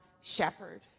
shepherd